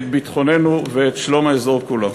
את ביטחוננו ואת שלום האזור כולו.